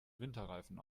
winterreifen